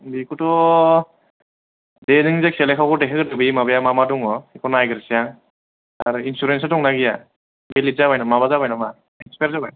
बेखौथ' दे नों जायखिजाया लेखाखौ देखायग्रोदो बे माबाया मा मा दङ बेखौ नायग्रोनोसै आं आरो इन्सुरेन्सा दंना गैया भेलिद जाबाय नामा माबा जाबाय नामा एक्सपाइर जाबाय